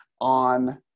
on